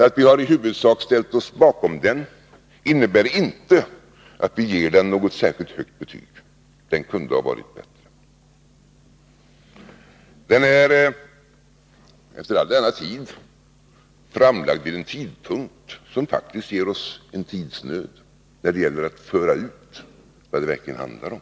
Att vi i huvudsak har ställt oss bakom regeringens proposition innebär inte att vi ger den något särskilt högt betyg. Den kunde ha varit bättre. Efter all den tid som gått läggs den nu fram vid en tidpunkt som faktiskt innebär att det blir tidsnöd när det gäller att föra ut budskapet om vad det verkligen handlar om.